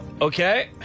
Okay